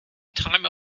time